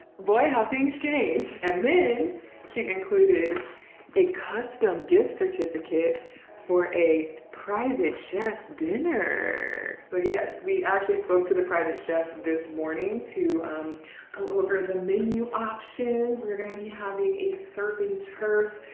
boy how things changed. and then she included a custom gift certificate for a private chef dinner. so yes, we actually spoke to the private chef this morning to go over the menu options. we were gonna be having a certain turf,